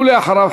ולאחריו,